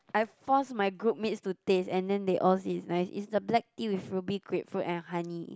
I force my group mates to taste and then they all say is nice is the black tea with ruby grapefruit and honey